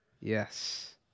Yes